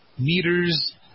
meters